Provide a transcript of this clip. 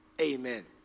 Amen